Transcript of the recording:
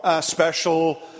special